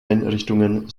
einrichtungen